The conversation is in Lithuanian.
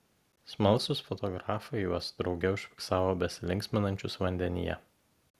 smalsūs fotografai juos drauge užfiksavo besilinksminančius vandenyje